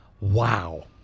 Wow